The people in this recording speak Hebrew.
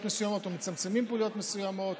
מסוימות או מצמצמים פעילויות מסוימות